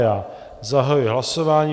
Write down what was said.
Já zahajuji hlasování.